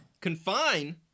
Confine